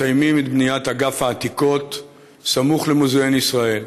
מסיימים את בניית אגף העתיקות סמוך למוזיאון ישראל.